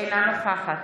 אינה נוכחת